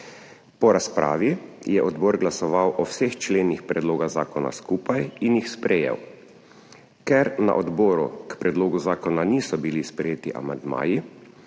Po razpravi je odbor glasoval o vseh členih predloga zakona skupaj in jih sprejel. Ker na odboru k predlogu zakona niso bili sprejeti amandmaji,